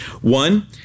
One